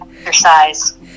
exercise